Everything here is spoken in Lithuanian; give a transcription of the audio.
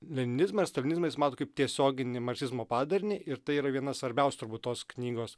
leninizmą ir stalinizmą jis mato kaip tiesioginį marksizmo padarinį ir tai yra viena svarbiausių turbūt tos knygos